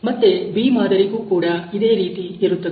ಮತ್ತೆ B ಮಾದರಿಗೂ ಕೂಡ ಇದೇ ರೀತಿ ಇರುತ್ತದೆ